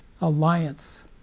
alliance